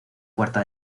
cuarta